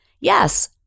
Yes